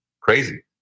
crazy